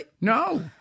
no